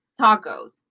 Tacos